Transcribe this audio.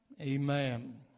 amen